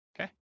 Okay